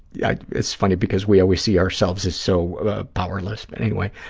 yeah it's funny because we always see ourselves as so ah powerless. but anyway,